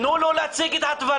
תנו לו להציג את הדברים.